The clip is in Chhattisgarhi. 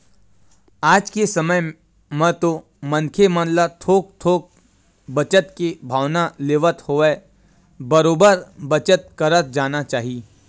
आज के समे म तो मनखे मन ल थोक थोक बचत के भावना लेवत होवय बरोबर बचत करत जाना चाही